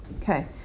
okay